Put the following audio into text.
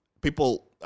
people